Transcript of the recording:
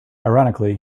ironically